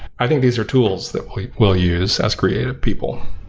i think these are tools that will use as creative people.